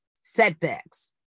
setbacks